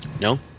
No